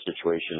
situation